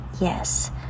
yes